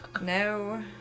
No